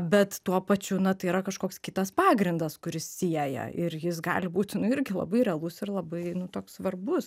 bet tuo pačiu na tai yra kažkoks kitas pagrindas kuris sieja ir jis gali būti nu irgi labai realus ir labai nu toks svarbus